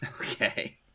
Okay